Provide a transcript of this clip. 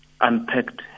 unpacked